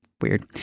weird